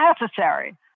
necessary